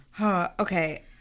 Okay